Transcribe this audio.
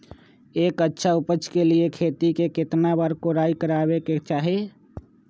एक अच्छा उपज के लिए खेत के केतना बार कओराई करबआबे के चाहि?